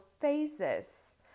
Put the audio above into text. phases